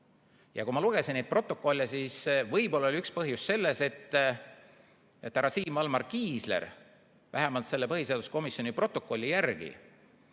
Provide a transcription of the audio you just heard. on. Kui ma lugesin neid protokolle, siis võib-olla oli üks põhjus selles, et härra Siim-Valmar Kiisler, vähemalt selle põhiseaduskomisjoni protokolli järgi,